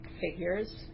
figures